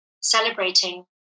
celebrating